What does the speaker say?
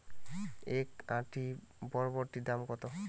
এক আঁটি বরবটির দাম কত?